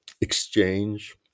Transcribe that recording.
exchange